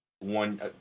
one